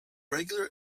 regular